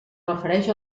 refereix